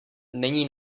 není